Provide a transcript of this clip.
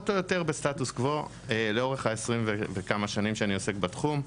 בדרך כלל בסטטוס-קוו לאורך ה-20 וכמה שנים שאני עוסק בתחום.